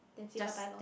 then say bye bye lor